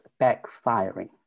backfiring